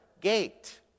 gate